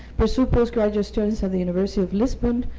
pursued post-graduate studies at the university of lisbon,